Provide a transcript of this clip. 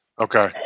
okay